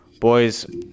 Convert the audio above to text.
Boys